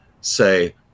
say